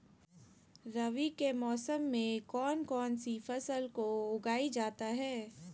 रवि के मौसम में कौन कौन सी फसल को उगाई जाता है?